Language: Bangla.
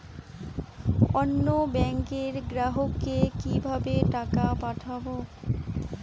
অন্য ব্যাংকের গ্রাহককে কিভাবে টাকা পাঠাবো?